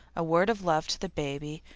a word of love to the baby,